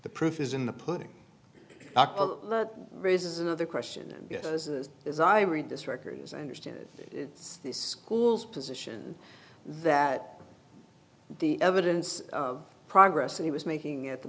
the proof is in the pudding there is another question and as i read this record as i understand it it's the school's position that the evidence of progress that he was making at the